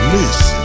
Listen